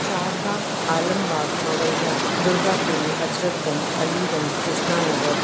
चार बाग Alambagh Mawaiya Durgapuri Hazratganj Aliganj Krishna Nagar